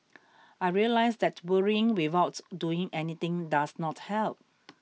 I realised that worrying without doing anything does not help